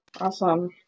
Awesome